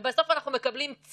הצעת החוק הזאת באה לעשות קצת צדק,